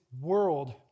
world